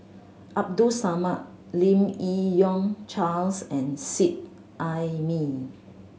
Abdul Samad Lim Yi Yong Charles and Seet Ai Mee